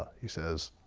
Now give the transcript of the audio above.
he says,